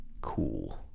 cool